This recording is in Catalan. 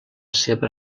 seva